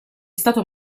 stato